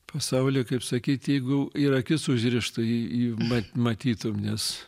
pasaulį kaip sakyt jeigu ir akis užrištų jį jį mat matytum nes